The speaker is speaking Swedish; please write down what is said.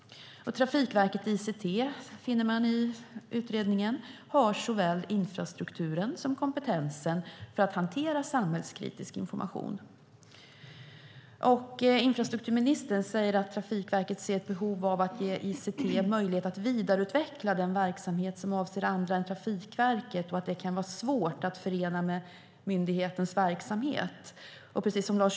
Och utredningen finner att Trafikverket ICT har såväl infrastrukturen som kompetensen att hantera samhällskritisk information. Infrastrukturministern säger att Trafikverket ser ett behov av att ge ICT möjlighet att vidareutveckla den verksamhet som avser andra än Trafikverket och att det kan vara svårt att förena med myndighetens verksamhet.